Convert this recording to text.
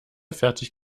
fertig